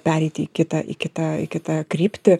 pereiti į kitą i kitą į kitą kryptį